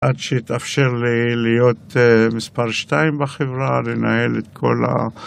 עד שיתאפשר להיות מספר שתיים בחברה, לנהל את כל ה...